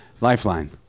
Lifeline